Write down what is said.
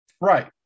Right